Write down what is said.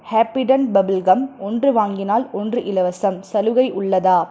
Happydent bubble gum ஒன்று வாங்கினால் ஒன்று இலவசம் சலுகை உள்ளதா